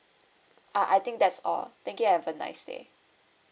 uh I think that's all thank you have a nice day